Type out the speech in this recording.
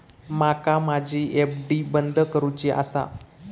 माका माझी एफ.डी बंद करुची आसा